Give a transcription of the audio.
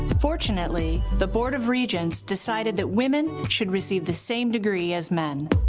fortunately the board of regents decided that women should receive the same degree as men.